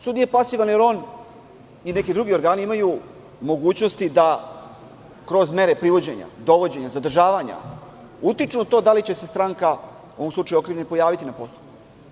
Sud nije pasivan jer on i neki drugi organi imaju mogućnosti da kroz mere privođenja, dovođenja, zadržavanja utiču na to da li će se stranka, u ovom slučaju okrivljeni, pojaviti na postupku.